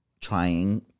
trying